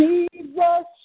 Jesus